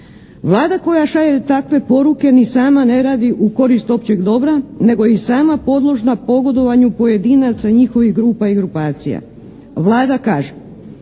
Vlada koja šalje takve poruke ni sama ne radi u korist općeg dobra nego je i sama podložna pogodovanju pojedinaca njihovih grupa i grupacija. Vlada kaže,